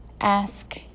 ask